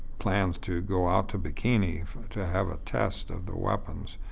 plans to go out to bikini to have a test of the weapons.